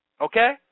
Okay